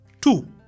Two